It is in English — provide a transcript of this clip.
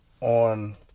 on